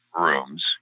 rooms